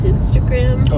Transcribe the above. Instagram